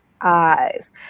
eyes